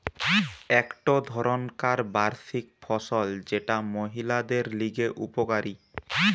একটো ধরণকার বার্ষিক ফসল যেটা মহিলাদের লিগে উপকারী